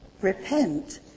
Repent